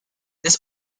this